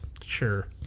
sure